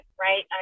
right